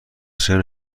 چرا